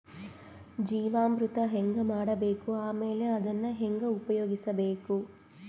ಜೀವಾಮೃತ ಹೆಂಗ ಮಾಡಬೇಕು ಆಮೇಲೆ ಅದನ್ನ ಹೆಂಗ ಉಪಯೋಗಿಸಬೇಕು?